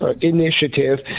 initiative